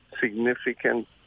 significant